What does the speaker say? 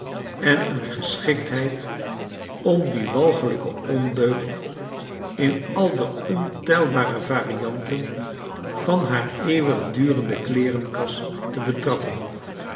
en een geschiktheid om die walglijke ondeugd in al de ontelbare variteiten van haar eeuwigdurendekleerenkaste betrappen